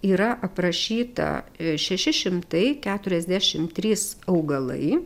yra aprašyta šeši šimtai keturiasdešimt trys augalai